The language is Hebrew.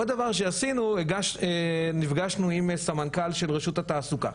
עוד דבר שעשינו הוא שנפגשנו עם סמנכ"ל של רשות התעסוקה,